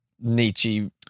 nietzsche